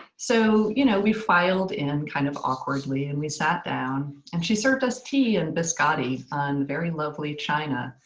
so you know we filed in kind of awkwardly and we sat down. and she served us tea and biscotti on very lovely china.